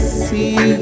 see